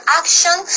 action